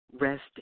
rest